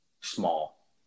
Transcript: small